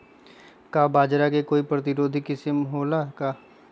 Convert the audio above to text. का बाजरा के कोई प्रतिरोधी किस्म हो ला का?